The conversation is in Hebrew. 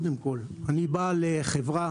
אני בעל חברה